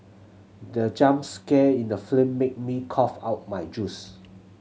the jump scare in the film made me cough out my juice